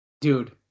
Dude